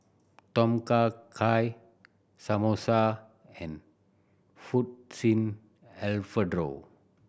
Tom Kha Gai Samosa and Fettuccine Alfredo